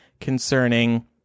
concerning